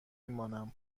مانم